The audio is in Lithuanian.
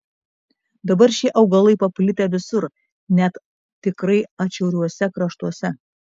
dabar šie augalai paplitę visur net tikrai atšiauriuose kraštuose